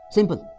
Simple